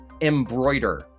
Embroider